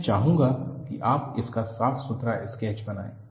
मैं चाहूंगा कि आप इसका साफ सुथरा स्केच बनाएं